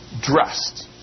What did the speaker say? dressed